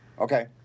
okay